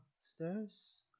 stairs